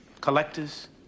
Collectors